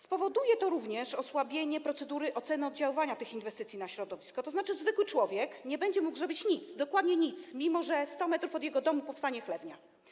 Spowoduje to również osłabienie procedury oceny oddziaływania tych inwestycji na środowisko, tzn. zwykły człowiek nie będzie mógł zrobić nic, dokładnie nic, mimo że 100 m od jego domu powstanie chlewnia.